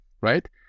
right